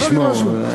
זה עשה לי משהו.